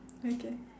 okay